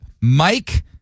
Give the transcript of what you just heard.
Mike